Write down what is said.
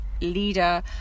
leader